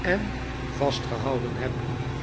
en vastgehouden heb